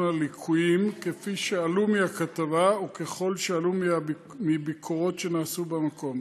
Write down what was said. הליקויים כפי שעלו מהכתבה וככל שעלו מביקורות שנעשו במקום.